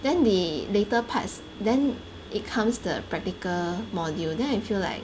then the later parts then it comes the practical module then I feel like